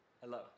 Hello